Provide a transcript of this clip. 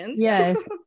Yes